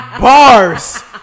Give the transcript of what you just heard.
Bars